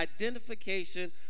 identification